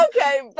Okay